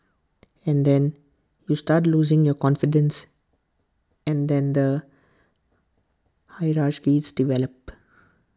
and then you start losing your confidence and then the hierarchies develop